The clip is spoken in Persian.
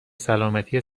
سلامتی